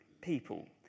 people